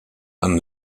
and